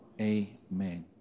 Amen